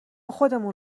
خودمون